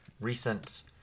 recent